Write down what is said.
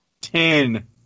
Ten